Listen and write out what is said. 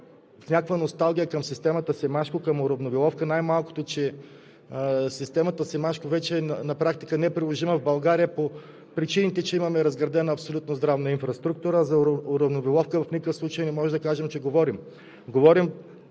някаква носталгия към системата „Семашко“, към уравниловка, най-малкото. Системата „Семашко“ вече на практика е неприложима в България по причините, че имаме абсолютно разградена здравна инфраструктура. За уравниловка в никакъв случай не можем да кажем, че говорим,